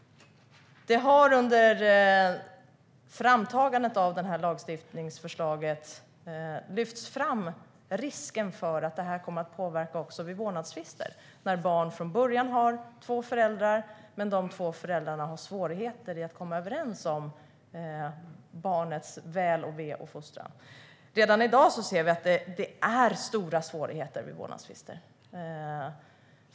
Under framtagandet av det här lagstiftningsförslaget har risken för att det här också kommer att påverka vid vårdnadstvister lyfts fram. Redan i dag ser vi att det är stora svårigheter vid vårdnadstvister när barn från början har två föräldrar men de två föräldrarna har svårt att komma överens om barnets väl och ve och fostran.